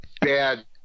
Bad